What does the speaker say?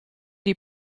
die